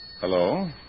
Hello